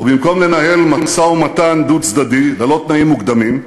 ובמקום לנהל משא-ומתן דו-צדדי ללא תנאים מוקדמים,